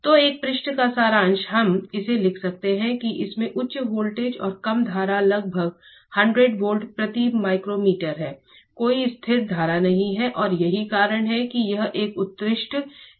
तो एक पृष्ठ का सारांश हम इसे लिख सकते हैं कि इसमें उच्च वोल्टेज और कम धारा लगभग 100 वोल्ट प्रति माइक्रोमीटर है कोई स्थिर धारा नहीं है और यही कारण है कि यह एक उत्कृष्ट इन्सुलेटर है